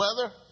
weather